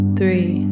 three